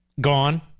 gone